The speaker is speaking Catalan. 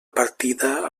partida